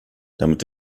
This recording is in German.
damit